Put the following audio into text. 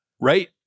right